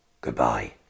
Goodbye